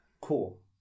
Cool